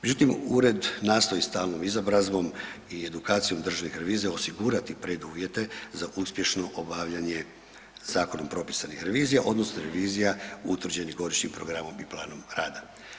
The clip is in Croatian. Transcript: Međutim, ured nastoji stalnom izobrazbom i edukacijom državnih revizora osigurati preduvjete za uspješno obavljanje zakonom propisanih revizija odnosno revizija utvrđenim godišnjim programom i planom rada.